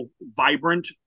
vibrant